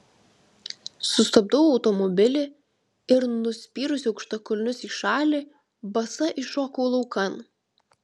sustabdau automobilį ir nuspyrusi aukštakulnius į šalį basa iššoku laukan